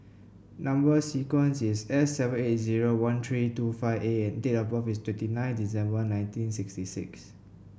number sequence is S seven eight zero one three two five A and date of birth is twenty nine December nineteen sixty six